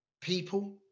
people